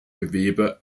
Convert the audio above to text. gewebe